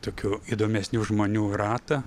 tokių įdomesnių žmonių ratą